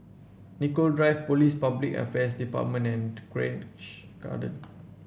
Nicoll Drive Police Public Affairs Department and Grange Garden